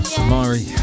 Samari